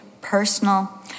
personal